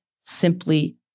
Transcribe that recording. simply